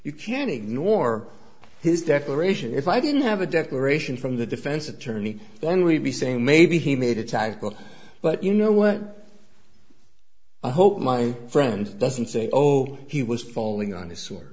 you can ignore his declaration if i didn't have a declaration from the defense attorney then we'd be saying maybe he made a typo but you know what i hope my friend doesn't say oh he was falling on his swor